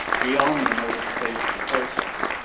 beyond the notification process.